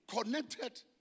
connected